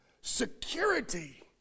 security